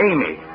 Amy